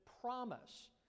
promise